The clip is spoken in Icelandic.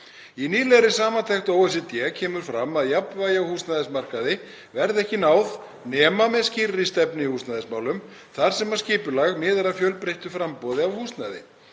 Í nýlegri samantekt OECD kemur fram að jafnvægi á húsnæðismarkaði verði ekki náð nema með skýrri stefnu í húsnæðismálum þar sem skipulag miði að fjölbreyttu framboði af húsnæði.